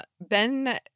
ben